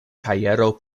kajero